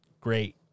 great